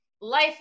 life